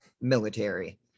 military